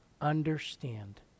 understand